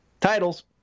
titles